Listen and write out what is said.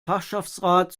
fachschaftsrat